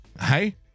Hey